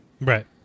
Right